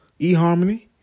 eHarmony